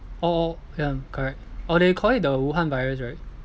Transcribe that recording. or or ya correct or they call it the wuhan virus right